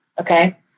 Okay